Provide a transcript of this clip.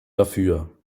dafür